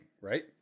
right